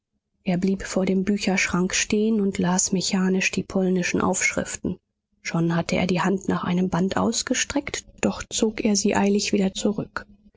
er blieb vor dem bücherschrank stehen und las mechanisch die polnischen aufschriften schon hatte er die hand nach einem band ausgestreckt doch zog er sie eilig wieder zurück